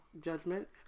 judgment